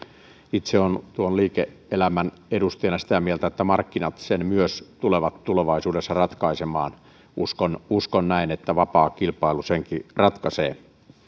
itse olen liike elämän edustajana sitä mieltä että markkinat sen myös tulevat tulevaisuudessa ratkaisemaan uskon uskon näin että vapaa kilpailu senkin ratkaisee